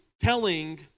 telling